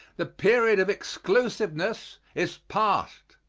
the period of exclusiveness is past.